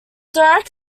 direct